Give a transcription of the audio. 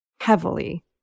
heavily